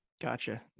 Gotcha